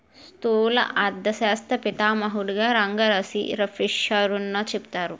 స్థూల అర్థశాస్త్ర పితామహుడుగా రగ్నార్ఫిషర్ను చెబుతారు